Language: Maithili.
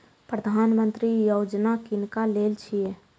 प्रधानमंत्री यौजना किनका लेल छिए?